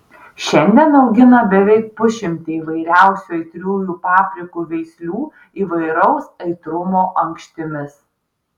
šiandien augina beveik pusšimtį įvairiausių aitriųjų paprikų veislių įvairaus aitrumo ankštimis